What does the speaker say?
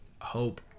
hope